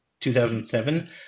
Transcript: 2007